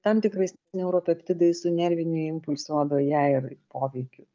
tam tikrais neuropeptidais su nerviniu impulsu odoje ir poveikiu